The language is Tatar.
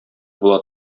була